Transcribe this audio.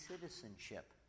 citizenship